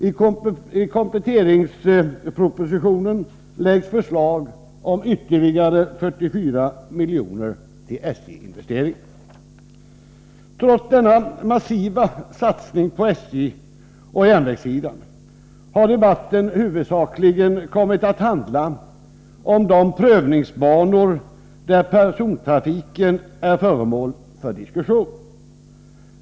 I kompletteringspropositionen framläggs förslag om ytterligare 44 milj.kr. till SJ-investeringar. Trots denna massiva satsning på järnvägssidan har debatten huvudsakligen kommit att handla om de prövningsbanor där persontrafiken är föremål för diskussion.